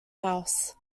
house